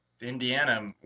Indiana